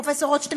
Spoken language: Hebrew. פרופסור רוטשטיין,